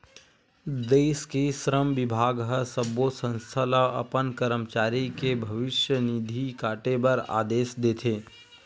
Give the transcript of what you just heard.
देस के श्रम बिभाग ह सब्बो संस्था ल अपन करमचारी के भविस्य निधि काटे बर आदेस देथे